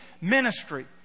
ministry